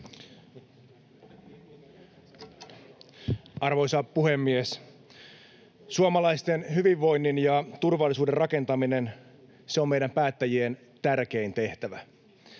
Arvoisa puhemies! Suomalaisten hyvinvoinnin ja turvallisuuden rakentaminen — se on meidän päättäjien tärkein tehtävä.